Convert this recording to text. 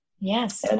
Yes